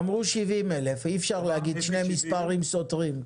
אמרו 70,000 אי אפשר להגיד שני מספרים סותרים.